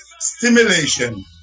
Stimulation